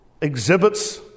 exhibits